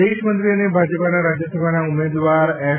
વિદેશમંત્રી અને ભાજપના રાજ્યસભાના ઉમેદવાર શ્રી એસ